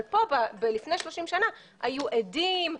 אבל לפני 30 שנה היו עדים,